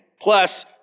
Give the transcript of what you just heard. Plus